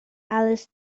alice